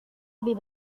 lebih